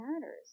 matters